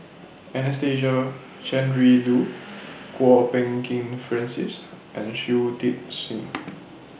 Anastasia Tjendri Liew Kwok Peng Kin Francis and Shui Tit Sing